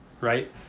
right